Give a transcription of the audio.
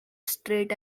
straight